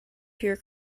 pure